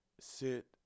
sit